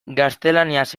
gaztelaniaz